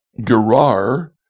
Gerar